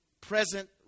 present